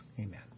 Amen